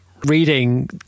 reading